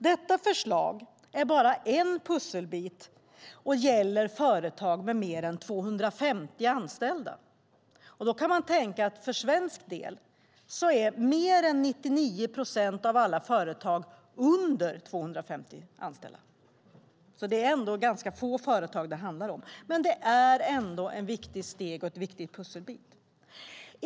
Detta förslag är bara en pusselbit och gäller företag med mer än 250 anställda. Då kan man tänka att i Sverige har mer än 99 procent av alla företag mindre än 250 anställda, så det är ganska få företag det handlar om. Men det är ändå ett viktigt steg och en viktig pusselbit.